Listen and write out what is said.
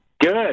Good